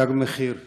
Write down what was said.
תג מחיר מינהלי.